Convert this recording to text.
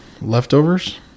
leftovers